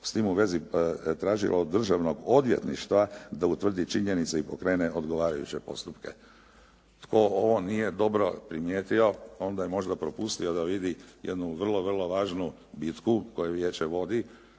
s tim u vezi tražilo od Državnog odvjetništva da utvrdi činjenice i pokrene odgovarajuće postupke. Tko ovo nije dobro primijetio onda je možda propustio da vidi jednu vrlo, vrlo važnu bitku koju vijeće vodi.